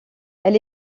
elle